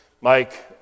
Mike